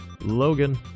logan